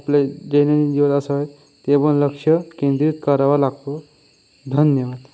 आपले दैनंदिन जीवनात असावे ते पण लक्ष केंद्रित करावा लागतो धन्यवाद